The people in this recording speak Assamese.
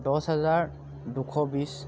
দহ হেজাৰ দুশ বিছ